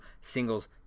Singles